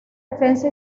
defensa